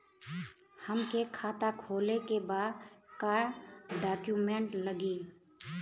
हमके खाता खोले के बा का डॉक्यूमेंट लगी?